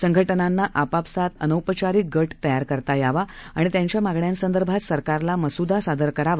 संघटनांनाआपापसातअनौपचारिकगटतयारकरावाआणित्यांच्यामागण्यांसंदर्भातसरकारलामसुदासादरकरावा